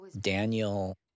daniel